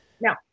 No